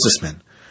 businessmen